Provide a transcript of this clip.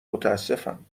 متاسفم